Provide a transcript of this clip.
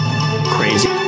Crazy